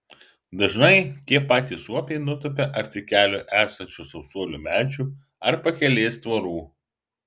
dažnai tie patys suopiai nutupia arti kelio esančių sausuolių medžių ar pakelės tvorų